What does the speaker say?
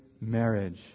marriage